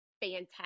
fantastic